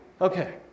Okay